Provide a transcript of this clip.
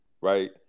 right